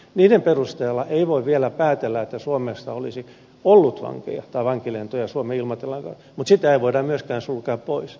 sen perusteella ei voi vielä päätellä että suomessa olisi ollut vankeja tai vankilentoja suomen ilmatilan kautta mutta sitä ei voida myöskään sulkea pois